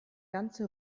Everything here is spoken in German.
ganze